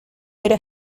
era